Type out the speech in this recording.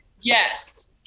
yes